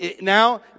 now